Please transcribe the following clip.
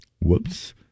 Whoops